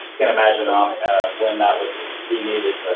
can't imagine um and when that would be needed,